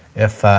if,